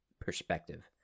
perspective